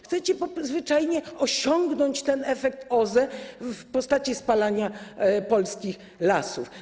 Chcecie zwyczajnie osiągnąć ten efekt OZE w postaci spalania polskich lasów.